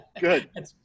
Good